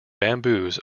bamboos